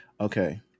okay